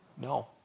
No